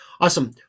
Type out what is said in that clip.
Awesome